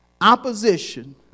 opposition